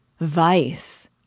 Vice